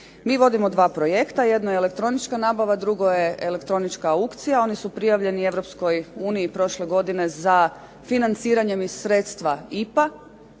Mi vodimo dva projekta jedno je elektronička nabava, drugo je elektronička aukcija, oni su prijavljeni Europskoj uniji prošle godine za financiranje iz sredstva IPA